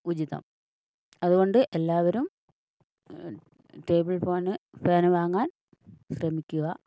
ഉചിതം അതുകൊണ്ട് എല്ലാവരും ടേബിൾ ഫാന് ഫാന് വാങ്ങാൻ ശ്രമിക്കുക